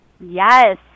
Yes